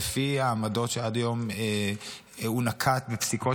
שלפי העמדות שעד היום הוא נקט בפסיקות